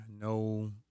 No